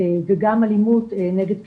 וגם אלימות נגד קשישים.